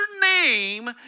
name